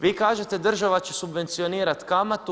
Vi kažete država će subvencionirati kamatu.